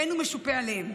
ואין הוא משופה עליהם.